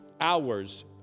hours